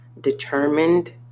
determined